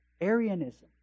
Arianism